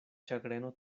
ĉagreno